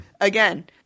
again